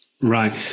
Right